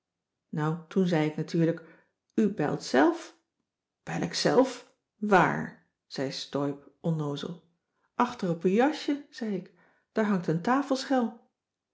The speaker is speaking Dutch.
nou toen zei ik natuurlijk u belt zelf bel ik zelf waar zei steub onnoozel achter op uw jasje zei ik daar hangt een